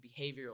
behavioral